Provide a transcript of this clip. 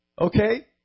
Okay